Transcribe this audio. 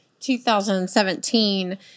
2017